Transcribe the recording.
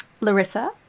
Larissa